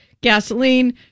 gasoline